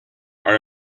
are